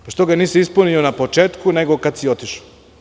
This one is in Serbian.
Što ga onda nisi ispunio na početku nego kada si otišao?